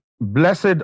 Blessed